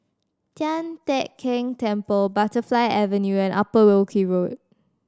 Tian Teck Keng Temple Butterfly Avenue and Upper Wilkie Road